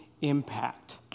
impact